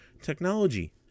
technology